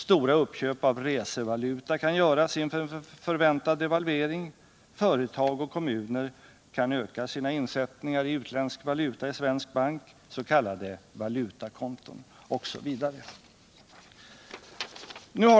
Stora uppköp av resevaluta kan göras inför en förväntad devalvering. Företag och kommuner kan öka sina insättningar i utländsk valuta i svensk bank på s.k. valutakonton osv.